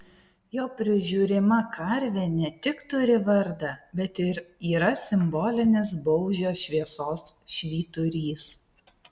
jo prižiūrima karvė ne tik turi vardą bet ir yra simbolinis baužio šviesos švyturys